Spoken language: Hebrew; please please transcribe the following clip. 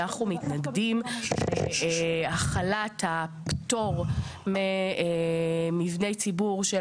אנחנו מתנגדים להחלת הפטור ממבני ציבור של